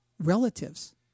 Relatives